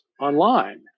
online